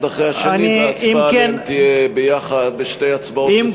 אחרי השני וההצבעה עליהם תהיה בשתי הצבעות רצופות.